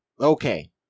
Okay